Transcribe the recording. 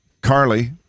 Carly